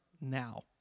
now